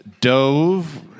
dove